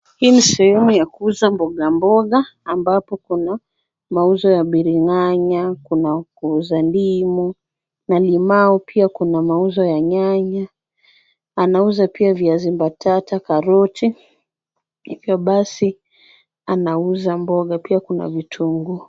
Hii ni sehemu ya kuuzaa mboga mboga ambapo kuna mauzo ya biringanya, kuna kuuza ndimu na limau, pia kuna mauzo ya nyanya, anauza pia viazi mbatata, karoti, hivyo basi anauza mboga pia kuna vitunguu.